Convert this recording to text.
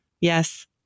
yes